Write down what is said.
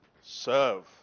serve